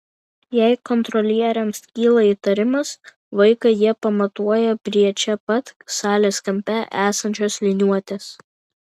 jei kontrolieriams kyla įtarimas vaiką jie pamatuoja prie čia pat salės kampe esančios liniuotės